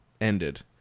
ended